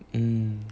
mm